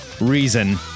reason